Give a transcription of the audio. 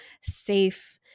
safe